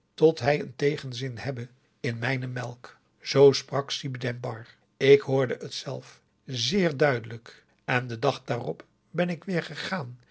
tot hij een tegenzin hebbe in mijne melk zoo sprak si djembar ik hoorde het zelf zeer duidelijk en den dag daarop ben ik weer gegaan